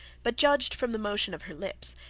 but judged from the motion of her lips,